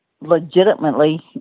legitimately